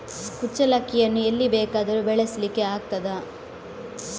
ಕುಚ್ಚಲಕ್ಕಿಯನ್ನು ಎಲ್ಲಿ ಬೇಕಾದರೂ ಬೆಳೆಸ್ಲಿಕ್ಕೆ ಆಗ್ತದ?